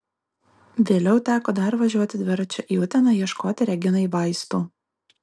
vėliau teko dar važiuoti dviračiu į uteną ieškoti reginai vaistų